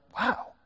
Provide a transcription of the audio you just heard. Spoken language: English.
wow